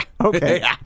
okay